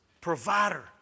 Provider